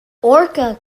orca